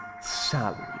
salary